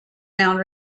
mound